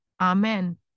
amen